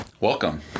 Welcome